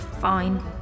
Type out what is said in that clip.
Fine